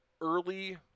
early